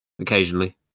occasionally